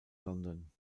london